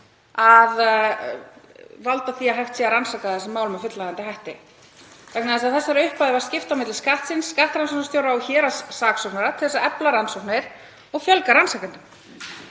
fallið að hægt sé að rannsaka þessi mál með fullnægjandi hætti vegna þess að þessari upphæð var skipt á milli Skattsins, skattrannsóknarstjóra og héraðssaksóknara til að efla rannsóknir og fjölgað rannsakendum.